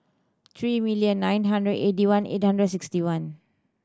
three million nine hundred eighty one eight hundred sixty one